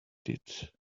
did